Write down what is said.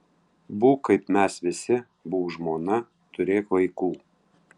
būk kaip mes visi būk žmona turėk vaikų